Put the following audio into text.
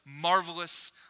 marvelous